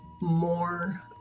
more